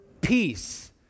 peace